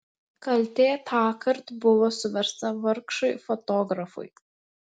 kaltė tąkart buvo suversta vargšui fotografui